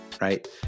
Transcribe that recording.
right